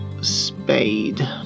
spade